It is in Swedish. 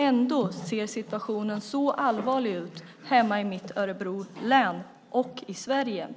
Ändå ser situationen så allvarlig ut hemma i mitt Örebro län och i Sverige.